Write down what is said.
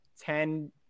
ten